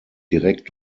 direkt